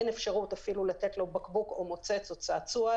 אין אפשרות לתת לו בקבוק או מוצץ או צעצוע,